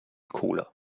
cooler